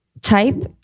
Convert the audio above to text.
type